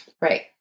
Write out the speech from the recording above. Right